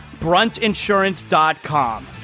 Bruntinsurance.com